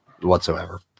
whatsoever